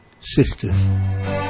sisters